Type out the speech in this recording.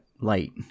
light